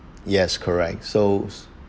yes correct so